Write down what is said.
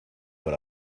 what